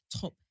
top